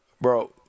bro